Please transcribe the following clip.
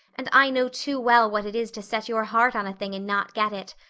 and i know too well what it is to set your heart on a thing and not get it.